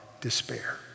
despair